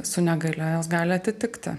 su negalia juos gali atitikti